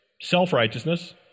Self-righteousness